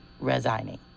resigning